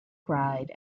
ride